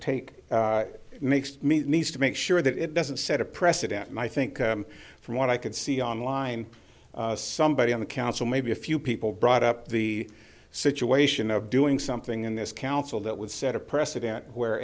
take it makes me needs to make sure that it doesn't set a precedent and i think from what i could see online somebody on the council maybe a few people brought up the situation of doing something in this council that would set a precedent where